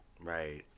Right